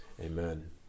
Amen